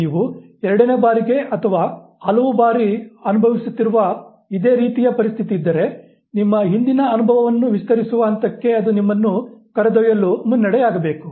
ನೀವು ಎರಡನೇ ಬಾರಿಗೆ ಅಥವಾ ಹಲವಾರು ಬಾರಿ ಅನುಭವಿಸುತ್ತಿರುವ ಇದೇ ರೀತಿಯ ಪರಿಸ್ಥಿತಿ ಇದ್ದರೆ ನಿಮ್ಮ ಹಿಂದಿನ ಅನುಭವವನ್ನು ವಿಸ್ತರಿಸುವ ಹಂತಕ್ಕೆ ಅದು ನಿಮ್ಮನ್ನು ಕರೆದೊಯ್ಯುಲು ಮುನ್ನಡೆಯಾಗಬೇಕು